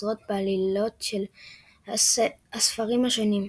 החוזרות בעלילות של הספרים השונים.